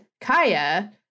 Kaya